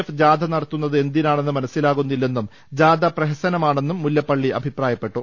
F ജാഥ നടത്തുന്നത് എന്തിനാണെന്ന് മനസ്സി ലാകുന്നില്ലെന്നും ജാഥ പ്രഹസനമാണെന്നും മുല്ലപ്പള്ളി അഭിപ്രാ യപ്പെട്ടു